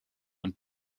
und